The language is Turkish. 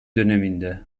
döneminde